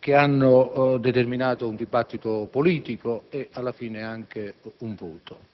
che hanno determinato un dibattito politico e alla fine anche un voto.